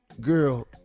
Girl